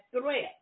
threat